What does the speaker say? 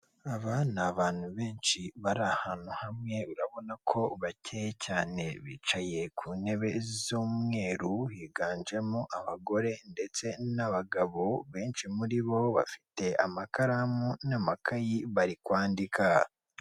Aba ni abantu benshi bari ahantu hamwe urabona ko bakeye cyane bicaye ku ntebe z'umweru higanjemo abagore ndetse n'abagabo benshi muri bo bafite amakaramu n'amakayi bari kwandika.